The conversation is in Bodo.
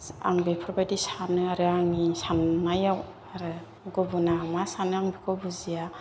आं बेफोरबायदि सानो आरो आंनि साननायाव आरो गुबुना मा सानो आं बिखौ बुजिया